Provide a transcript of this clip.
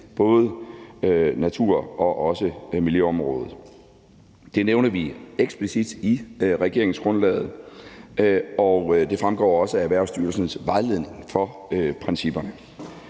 både natur- og miljøområdet. Det nævner vi eksplicit i regeringsgrundlaget, og det fremgår også af Erhvervsstyrelsens vejledning for principperne.